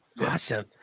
Awesome